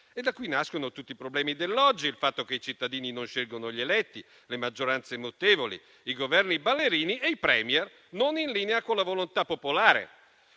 E da qui nascono tutti i problemi dell'oggi: il fatto che i cittadini non scelgono gli eletti, le maggioranze mutevoli, i Governi ballerini e i *Premier* non in linea con la volontà popolare.